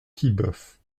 quillebeuf